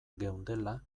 geundela